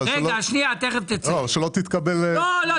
כדי שלא תתקבל --- לא,